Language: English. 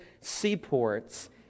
seaports